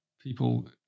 people